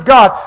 God